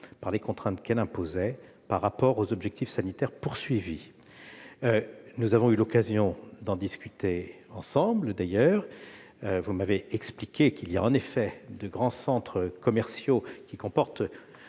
par les contraintes qu'elle imposait par rapport aux objectifs sanitaires visés. Nous avons eu l'occasion d'en discuter ensemble, et vous m'avez expliqué qu'il existait de grands centres commerciaux comportant